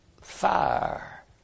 fire